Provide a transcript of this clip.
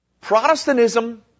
Protestantism